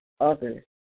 others